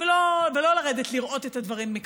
ולא לרדת לראות את הדברים מקרוב,